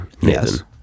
Yes